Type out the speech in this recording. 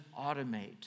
automate